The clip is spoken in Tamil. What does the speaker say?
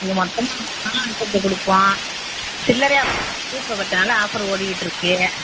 நீங்கள் மொத்தமாக அனுசரித்து கொடுப்போம் சில்லறையா க ஆஃபர் ஓடிகிட்டுருக்குது